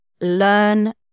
learn